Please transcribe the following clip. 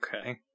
Okay